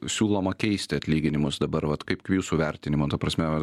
siūloma keisti atlyginimus dabar vat kaip jūsų vertinimu ta prasme